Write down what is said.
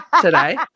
today